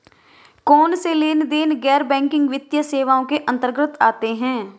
कौनसे लेनदेन गैर बैंकिंग वित्तीय सेवाओं के अंतर्गत आते हैं?